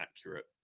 accurate